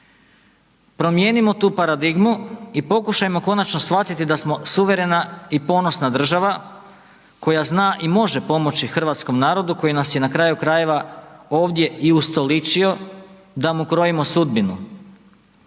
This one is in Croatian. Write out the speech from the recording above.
Promijenimo tu paradigmu i pokušajmo konačno shvatiti da smo suverena i ponosna država koja zna i može pomoći hrvatskom narodu koji nas je na kraju krajeva ovdje i ustoličio da mu krojimo sudbinu.